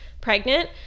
pregnant